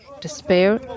despair